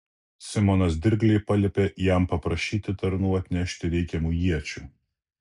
simonas dirgliai paliepė jam paprašyti tarnų atnešti reikiamų iečių